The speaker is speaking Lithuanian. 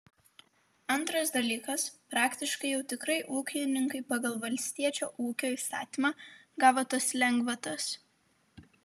antras dalykas praktiškai jau tikrai ūkininkai pagal valstiečio ūkio įstatymą gavo tas lengvatas